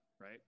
right